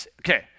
okay